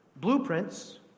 blueprints